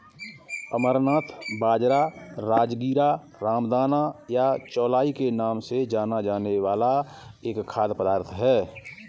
अमरनाथ बाजरा, राजगीरा, रामदाना या चौलाई के नाम से जाना जाने वाला एक खाद्य पदार्थ है